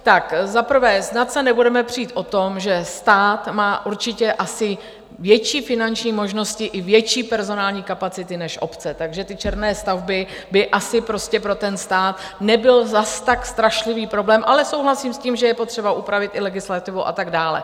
Za prvé, snad se nebudeme přít o tom, že stát má určitě asi větší finanční možnosti i větší personální kapacity než obce, takže ty černé stavby by asi pro stát nebyly zase tak strašlivý problém, ale souhlasím s tím, že je potřeba upravit i legislativu a tak dále.